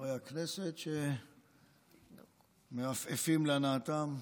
חברי הכנסת שמעפעפים להנאתם,